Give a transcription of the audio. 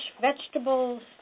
vegetables